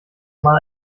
mal